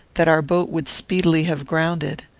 that our boat would speedily have grounded.